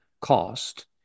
cost